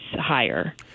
higher